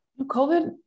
COVID